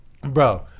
bro